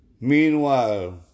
Meanwhile